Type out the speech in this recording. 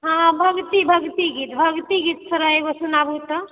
हँ भगति भगति भगति गीत सुनाए एकगो सुनाबू तऽ